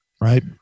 Right